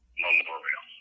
memorial